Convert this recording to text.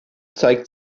zeigt